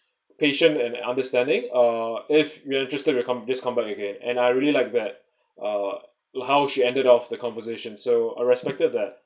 patient and understanding uh if we are interested we'll come just come back again and I really like that uh how she ended off the conversation so I respected that